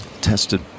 tested